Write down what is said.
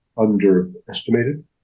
underestimated